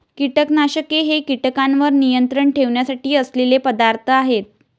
कीटकनाशके हे कीटकांवर नियंत्रण ठेवण्यासाठी असलेले पदार्थ आहेत